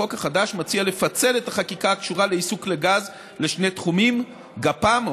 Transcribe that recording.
החוק החדש מציע לפצל את החקיקה הקשורה לעיסוק בגז לשני תחומים: גפ"מ,